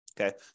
okay